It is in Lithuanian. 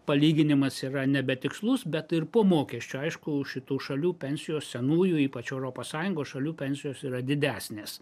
palyginimas yra nebetikslus bet ir po mokesčių aišku šitų šalių pensijo senųjų ypač europos sąjungos šalių pensijos yra didesnės